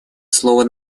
слово